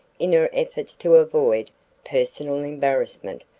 in her efforts to avoid personal embarrassment,